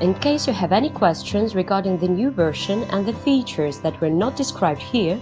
in case you have any questions regarding the new version and the features that were not described here